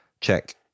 check